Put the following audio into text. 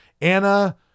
Anna